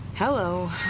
Hello